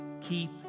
keep